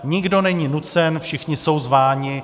Nikdo není nucen, všichni jsou zváni.